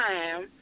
Time